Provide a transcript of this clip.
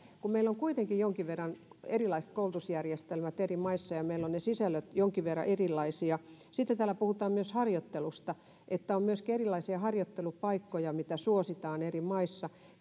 tapahtua kun meillä on kuitenkin jonkin verran erilaiset koulutusjärjestelmät eri maissa ja meillä on ne sisällöt jonkin verran erilaisia sitten täällä puhutaan myös harjoittelusta ja on myöskin erilaisia harjoittelupaikkoja mitä suositaan eri maissa